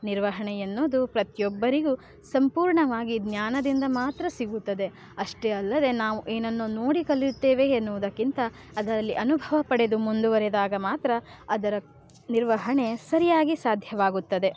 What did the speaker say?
ನಿರ್ವಹಣೆ ಎನ್ನೋದು ಪ್ರತಿಯೊಬ್ಬರಿಗೂ ಸಂಪೂರ್ಣವಾಗಿ ಜ್ಞಾನದಿಂದ ಮಾತ್ರ ಸಿಗುತ್ತದೆ ಅಷ್ಟೇ ಅಲ್ಲದೆ ನಾವು ಏನನ್ನು ನೋಡಿ ಕಲಿಯುತ್ತೇವೆ ಎನ್ನುವುದಕ್ಕಿಂತ ಅದರಲ್ಲಿ ಅನುಭವ ಪಡೆದು ಮುಂದುವರೆದಾಗ ಮಾತ್ರ ಅದರ ನಿರ್ವಹಣೆ ಸರಿಯಾಗಿ ಸಾಧ್ಯವಾಗುತ್ತದೆ